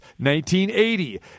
1980